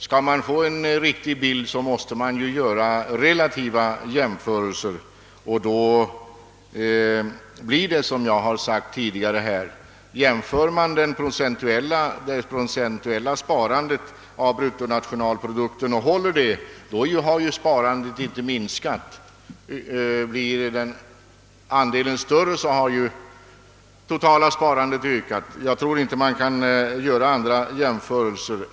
Skall man få en riktig bild måste man göra relativa jämförelser, och då blir det som jag har sagt tidigare: jämför man sparandet i procent av bruttonationalprodukten, finner man att sparandet inte har minskat. Eftersom andelen blir större, har det totala sparandet ökat. Jag tror inte man kan göra andra jämförelser.